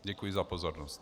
Děkuji za pozornost.